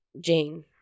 Jane